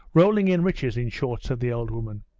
rolling in riches, in short said the old woman.